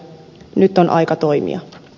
nyt on aika toimia